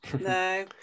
no